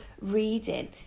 reading